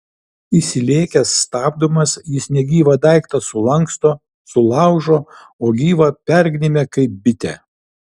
įsilėkęs stabdomas jis negyvą daiktą sulanksto sulaužo o gyvą pergnybia kaip bitę